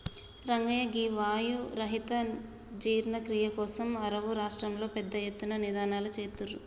రంగయ్య గీ వాయు రహిత జీర్ణ క్రియ కోసం అరువు రాష్ట్రంలో పెద్ద ఎత్తున నినాదలు సేత్తుర్రు